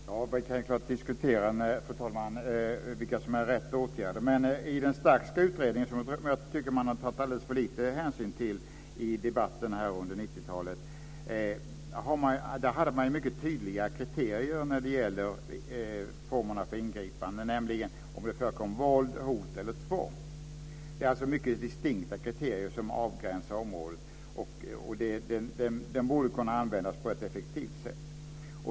Fru talman! Vi kan så klart diskutera vilka åtgärder som är de rätta. Men i Starks utredning, som jag tycker att man har tagit alldeles för liten hänsyn till i debatten under 90-talet, hade man ju mycket tydliga kriterier när det gäller formerna för ingripande. Det var nämligen om det förekom våld, hot eller tvång. Det är alltså mycket distinkta kriterier som avgränsar området. Det borde kunna användas på ett effektivt sätt.